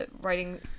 writing